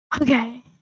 Okay